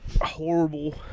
horrible